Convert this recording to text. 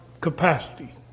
capacity